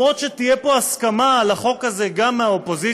גם אם תהיה פה הסכמה על החוק הזה גם מהאופוזיציה,